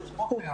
הפרטי,